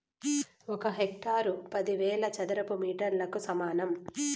ఒక హెక్టారు పదివేల చదరపు మీటర్లకు సమానం